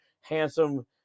handsome